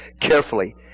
carefully